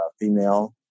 female